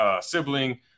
sibling